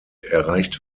erreicht